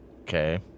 Okay